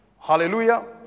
Hallelujah